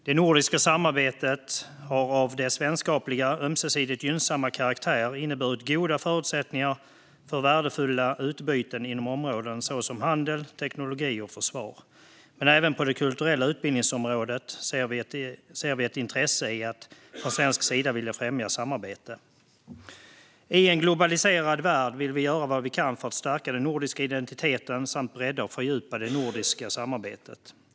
Det nordiska samarbetet har genom sin vänskapliga, ömsesidigt gynnsamma karaktär inneburit goda förutsättningar för värdefulla utbyten inom områden som handel, teknologi och försvar. Men även på det kulturella utbildningsområdet ser vi ett intresse i att från svensk sida vilja främja samarbete. I en globaliserad värld vill vi göra vad vi kan för att stärka den nordiska identiteten samt bredda och fördjupa det nordiska samarbetet.